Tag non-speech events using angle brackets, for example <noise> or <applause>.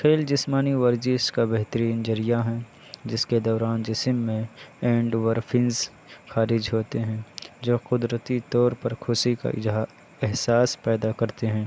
کھیل جسمانی ورزش کا بہترین ذریعہ ہیں جس کے دوران جسم میں اینڈ <unintelligible> خارج ہوتے ہیں جو قدرتی طور پر خوشی کا احساس پیدا کرتے ہیں